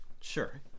Sure